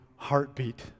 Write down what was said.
Heartbeat